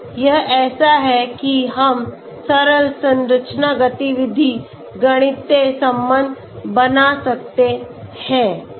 तो यह ऐसा है कि हम सरल संरचना गतिविधि गणितीय संबंध बना सकते हैं